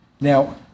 Now